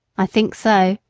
i think so,